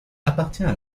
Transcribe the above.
appartient